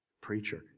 preacher